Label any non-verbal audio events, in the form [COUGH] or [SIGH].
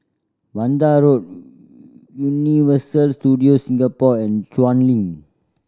Vanda Road [HESITATION] Universal Studios Singapore and Chuan Link